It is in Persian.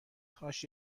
کاش